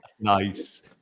Nice